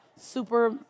super